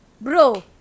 Bro